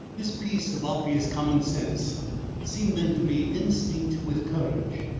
this piece of obvious common sense seemed then to me instinct with courage,